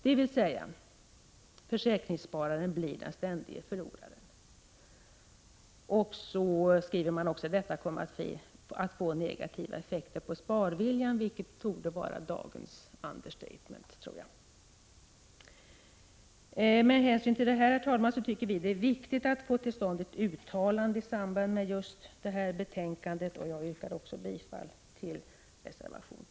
Dvs. försäkringsspararen blir den ständige förloraren.” I reservationen konstateras avslutningsvis att detta kommer att få negativa effekter på sparviljan, vilket torde vara dagens ”understatement”. Vi tycker mot den här bakgrunden att det är viktigt att få ett uttalande från riksdagen i enlighet med vad som framförs i reservation 13. Jag yrkar bifall också till den reservationen.